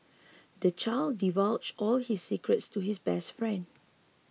the child divulged all his secrets to his best friend